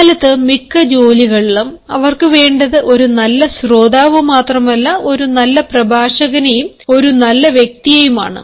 ഇക്കാലത്ത് മിക്ക ജോലികളിലും അവർക്ക് വേണ്ടത് ഒരു നല്ല ശ്രോതാവ് മാത്രമല്ല ഒരു നല്ല പ്രഭാഷകനെയും ഒരു നല്ല വ്യക്തിയെയും ആണ്